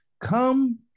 Come